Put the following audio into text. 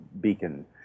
beacon